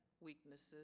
weaknesses